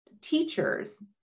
teachers